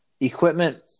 equipment